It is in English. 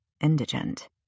indigent